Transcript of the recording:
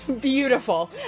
beautiful